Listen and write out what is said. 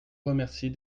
remercie